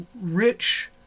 rich